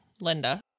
Linda